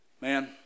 man